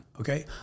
Okay